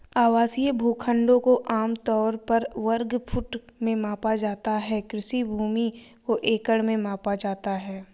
आवासीय भूखंडों को आम तौर पर वर्ग फुट में मापा जाता है, कृषि भूमि को एकड़ में मापा जाता है